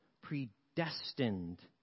predestined